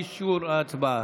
אישור ההצבעה.